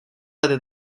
let